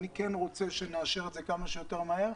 אני כן רוצה שנאשר את זה כמה שיותר מהר.